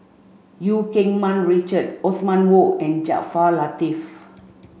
Eu Keng Mun Richard Othman Wok and Jaafar Latiff